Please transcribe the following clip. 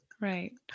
Right